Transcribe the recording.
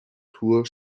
tour